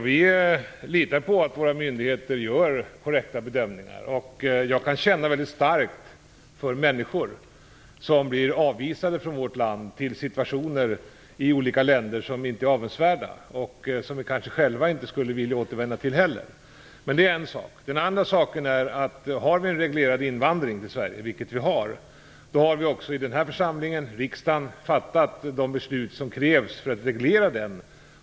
Vi litar på att våra myndigheter gör korrekta bedömningar. Jag kan känna mycket starkt för människor som blir avvisade från vårt land till andra länder där situationen inte är avundsvärd - och som vi själva kanske inte heller skulle ha velat återvända till. Men det är en sak. Om vi har en reglerad invandring till Sverige - vilket är fallet - har riksdagen fattat de beslut som krävs för att reglera den.